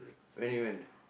when you went